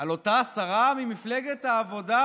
אותה השרה ממפלגת העבודה,